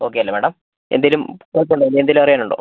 okay അല്ലേ madam എന്തെങ്കിലും കുഴപ്പം ഉണ്ടോ ഇനി എന്തെങ്കിലും അറിയാൻ ഉണ്ടോ